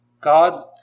God